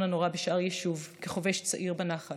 הנורא בשאר יישוב כחובש צעיר בנח"ל.